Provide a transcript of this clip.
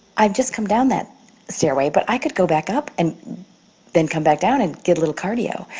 i had just come down that stairway, but i could go back up and then come back down and get a little cardio.